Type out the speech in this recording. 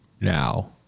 now